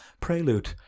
prelude